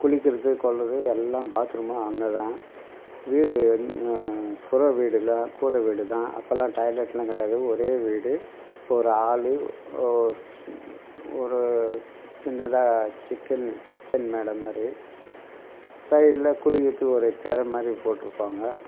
குளிக்கிறது கொள்வது எல்லாம் பாத் ரூமு அங்கே தான் வீடு வந் கூரை வீடு இல்லை கூரை வீடு தான் அப்பெல்லாம் டாய்லெட்லாம் கிடையாது ஒரே வீடு இப்போ ஒரு ஆள் ஓ ஒரு சின்னதாக சிக்குன்னு கிச்சன் மேடை மாதிரி சைட்டில் குளிக்கிறதுக்கு ஒரு திரை மாதிரி போட்டிருப்பாங்க